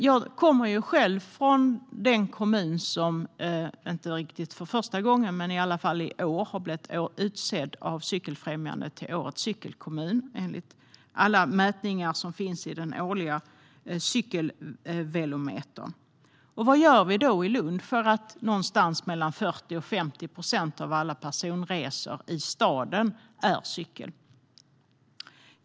Jag kommer själv från den kommun som - inte för första gången - i år har blivit utsedd av Cykelfrämjandet till årets cykelkommun, enligt alla mätningar som finns redovisade i den årliga cykelvelometern. Vad gör vi i Lund så att 40-50 procent av alla personresor i staden sker med cykel?